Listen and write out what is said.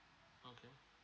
okay